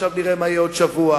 ועכשיו נראה מה יהיה בעוד בשבוע,